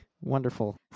Wonderful